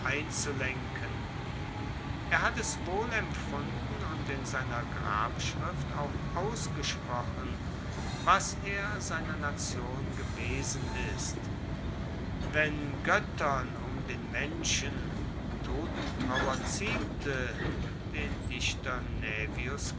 einzulenken er hat es wohl empfunden und in seiner grabschrift auch ausgesprochen was er seiner nation gewesen ist wenn goettern um den menschen totentrauer ziemte den dichter